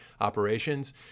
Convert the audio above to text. operations